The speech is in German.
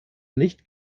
nicht